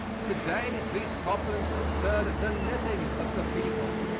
today these problems concern the living of the people.